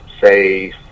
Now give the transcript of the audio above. say